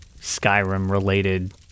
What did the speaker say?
Skyrim-related